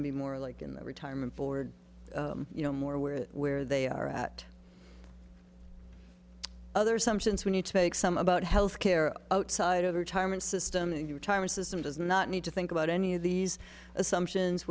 to be more like in the retirement forward you know more where where they are at other some sense we need to make some about health care outside of retirement system in retirement system does not need to think about any of these assumptions